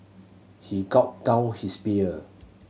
he gulped down his beer